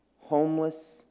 homeless